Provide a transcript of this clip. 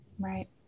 Right